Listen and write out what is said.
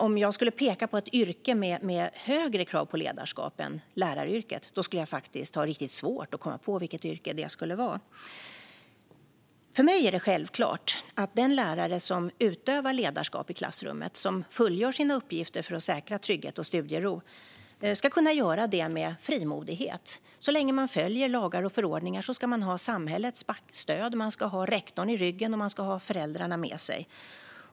Om jag skulle peka på ett yrke med högre krav på ledarskap än läraryrket skulle jag faktiskt ha riktigt svårt att komma på något. För mig är det självklart att den lärare som utövar ledarskap i klassrummet och som fullgör sina uppgifter för att säkra trygghet och studiero ska kunna göra det med frimodighet. Så länge man följer lagar och förordningar ska man ha samhällets stöd, rektorn i ryggen och föräldrarna med sig.